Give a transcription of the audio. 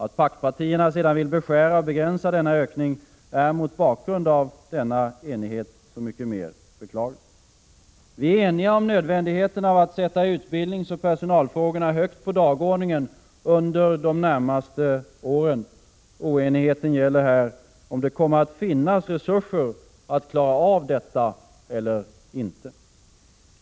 Att paktpartierna vill beskära denna ökning är, mot bakgrund av denna enighet, så mycket mer beklagligt. Vi är eniga om nödvändigheten av att sätta utbildningsoch personalfrågorna högt på dagordningen under de närmaste åren. Oenigheten gäller om det kommer att finnas resurser att klara detta eller ej.